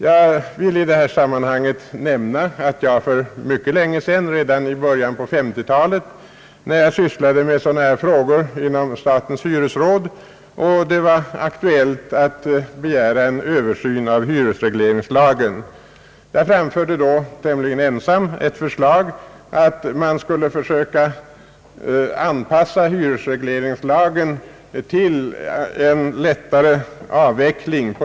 Jag vill i det sammanhanget nämna att jag för mycket länge sedan, redan i början av 1950-talet, när jag sysslade med sådana här frågor inom statens hyresråd och det var aktuellt att begära en översyn av hyresregleringslagen, tämligen ensam framförde ett förslag att man skulle försöka anpassa hyresregleringslagen så att det i framtiden skulle underlätta en avveckling.